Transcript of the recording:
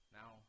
now